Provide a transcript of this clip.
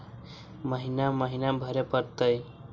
महिना महिना भरे परतैय?